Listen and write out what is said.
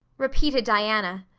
repeated diana,